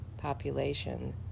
Population